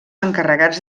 encarregats